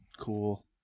cool